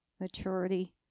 maturity